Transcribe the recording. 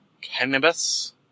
cannabis